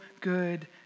good